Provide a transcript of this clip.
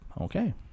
Okay